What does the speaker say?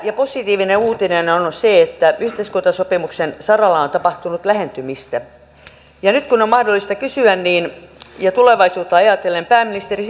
ja positiivinen uutinen on on se että yhteiskuntasopimuksen saralla on tapahtunut lähentymistä ja nyt kun on mahdollista kysyä ja tulevaisuutta ajatellen pääministeri